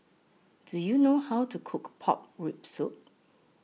Do YOU know How to Cook Pork Rib Soup